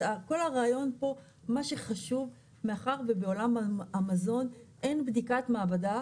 כל הרעיון פה מה שחשוב מאחר ובעולם המזון אין בדיקת מעבדה,